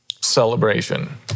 celebration